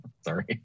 Sorry